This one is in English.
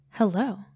Hello